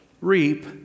reap